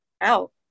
out